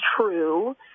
true